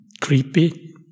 creepy